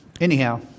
anyhow